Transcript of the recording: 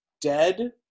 dead